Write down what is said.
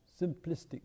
simplistic